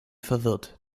verwirrt